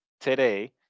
today